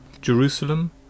Jerusalem